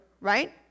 right